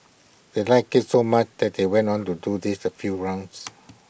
they liked IT so much that they went on to do this A few rounds